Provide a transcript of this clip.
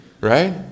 Right